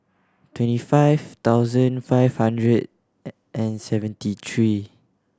twenty five thousand five hundred and seventy three